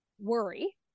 worry